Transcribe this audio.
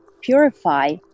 purify